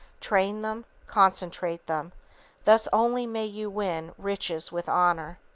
train them, concentrate them thus only may you win riches with honor.